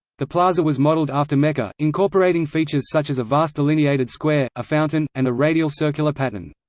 the plaza was modelled after mecca, incorporating features such as a vast delineated square, a fountain, and a radial circular pattern.